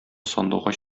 сандугач